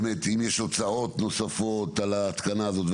אם יש הוצאות נוספות על ההתקנה הזאת,